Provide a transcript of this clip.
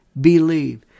believe